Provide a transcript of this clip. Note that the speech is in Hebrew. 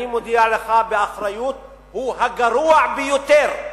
אני מודיע לך באחריות, הוא הגרוע ביותר,